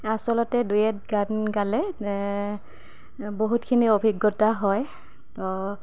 আচলতে ডুৱেট গান গালে বহুতখিনি অভিজ্ঞতা হয় তো